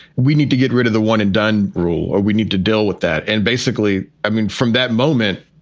we need to get rid of the one and done rule or we need to deal with that. and basically, i mean, from that moment,